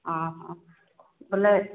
ଆ ହ ବୋଲେ